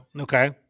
Okay